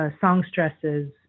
songstresses